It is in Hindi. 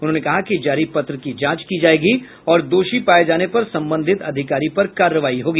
उन्होंने कहा कि जारी पत्र की जांच की जायेगी और दोषी पाये जाने पर संबंधित अधिकारी पर कार्रवाई होगी